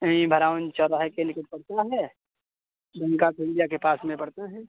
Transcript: यही भरवान चौराहे के निकट पड़ता है गंगा पुलिया के पास में पड़ता है